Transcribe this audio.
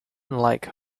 like